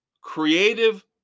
creative